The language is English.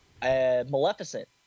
Maleficent